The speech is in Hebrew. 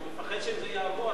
הוא מפחד שזה יעבור,